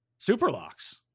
Superlocks